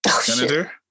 senator